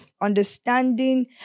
understanding